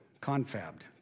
confabbed